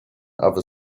other